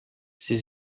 sie